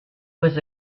was